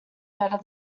better